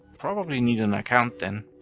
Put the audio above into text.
probably need an account then.